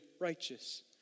righteous